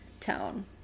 tone